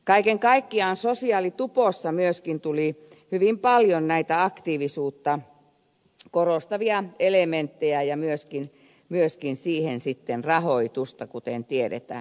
kaiken kaikkiaan sosiaalitupossa myöskin tuli hyvin paljon näitä aktiivisuutta korostavia elementtejä ja myöskin siihen sitten rahoitusta kuten tiedetään